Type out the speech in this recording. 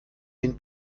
den